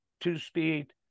two-speed